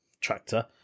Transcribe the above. tractor